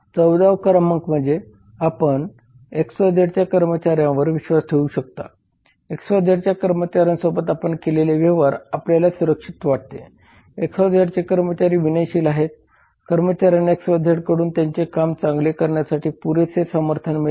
14 वा क्रमांक म्हणजे आपण XYZ च्या कर्मचाऱ्यांवर विश्वास ठेवू शकता XYZ कर्मचाऱ्यांसोबत आपण केलेले व्यवहार आपल्याला सुरक्षित वाटते XYZ चे कर्मचारी विनयशील आहेत कर्मचाऱ्यांना XYZ कडून त्यांचे काम चांगले करण्यासाठी पुरेसे समर्थन मिळते